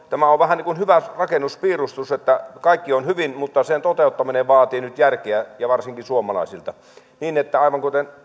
tämä sopimus on vähän niin kuin hyvä rakennuspiirustus kaikki on hyvin mutta sen toteuttaminen vaatii nyt järkeä ja varsinkin suomalaisilta aivan kuten